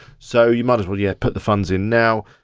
so you might as well, yeah, put the funds in now.